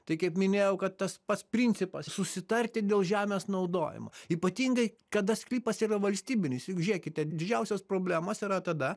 tai kaip minėjau kad tas pats principas susitarti dėl žemės naudojimo ypatingai kada sklypas yra valstybinis juk žėkite didžiausios problemos yra tada